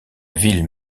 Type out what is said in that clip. ville